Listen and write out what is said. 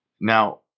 Now